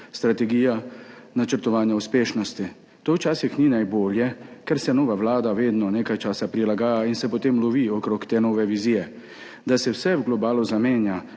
strategija načrtovanja uspešnosti. To včasih ni najbolje, ker se nova vlada vedno nekaj časa prilagaja in se potem lovi okrog te nove vizije, da se vse v globalu zamenja